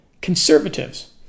conservatives